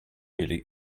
really